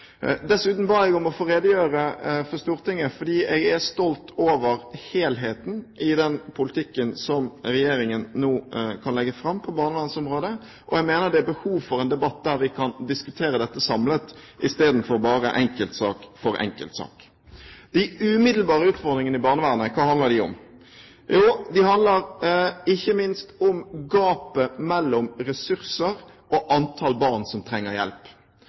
Dessuten ba jeg om å få redegjøre for Stortinget fordi jeg er stolt over helheten i den politikken som regjeringen nå kan legge fram på barnevernsområdet, og jeg mener det er behov for en debatt der vi kan diskutere dette samlet, istedenfor enkeltsak for enkeltsak. De umiddelbare utfordringene i barnevernet – hva handler de om? Jo, de handler ikke minst om gapet mellom ressurser og antall barn som trenger hjelp.